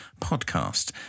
Podcast